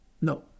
No